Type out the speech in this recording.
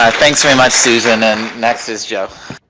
thanks very much susan and next is jeff.